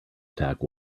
attack